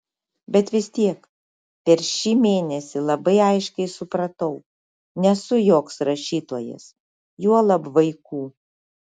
bet vis tiek per šį mėnesį labai aiškiai supratau nesu joks rašytojas juolab vaikų